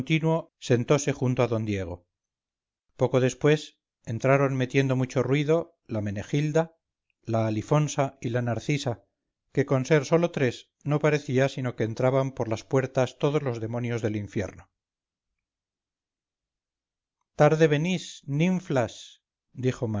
sentose junto a d diego poco después entraron metiendo mucho ruido la menegilda la alifonsa y la narcisa que con ser sólo tres no parecía sino que entraban por las puertas todos los demonios del infierno tarde venís ninflas dijo